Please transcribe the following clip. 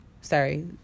sorry